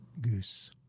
Goose